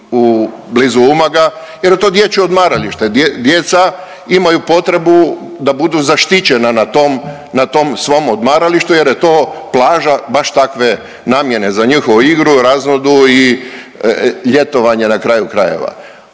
blizu Umaga jer je to dječje odmaralište. Djeca imaju potrebu da budu zaštićena na tom svom odmaralištu jer je to plaža baš takve namjene za njihovu igru, razonodu i ljetovanje na kraju krajeva.